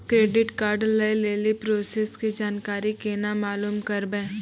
Credit card लय लेली process के जानकारी केना मालूम करबै?